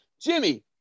Jimmy